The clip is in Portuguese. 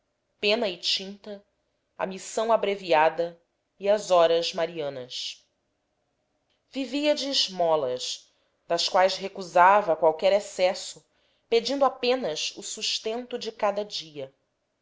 pena e tinta a missão abreviada e as horas marianas vivia de esmolas das quais recusava qualquer excesso pedindo apenas o sustento de cada dia